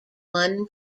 one